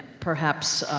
perhaps,